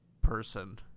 person